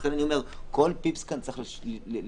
לכן אני אומר שכל פסיק כאן צריך להכניס